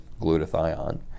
glutathione